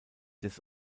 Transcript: des